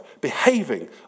behaving